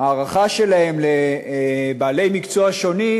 ההערכה לבעלי מקצוע שונים,